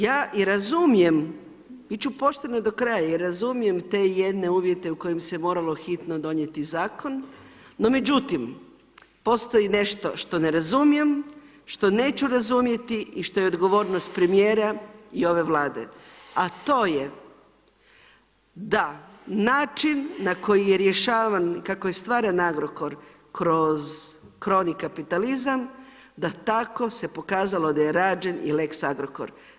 Ja i razumijem, bit ću poštena do kraja, razumijem te jedne uvjete u kojem se moralo hitno donijeti zakon, no međutim postoji nešto što ne razumijem, što neću razumjeti i što je odgovornost premijera i ove Vlade, a to je da način na koji je rješavan, kako je stvaran Agrokor kroz kroni kapitalizam, da tako se pokazalo da je rađen i lex Agrokor.